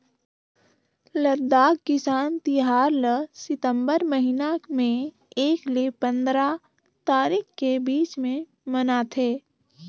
लद्दाख किसान तिहार ल सितंबर महिना में एक ले पंदरा तारीख के बीच में मनाथे